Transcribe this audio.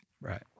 Right